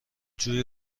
جویی